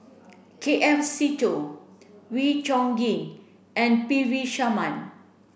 K F Seetoh Wee Chong Kin and P V Sharma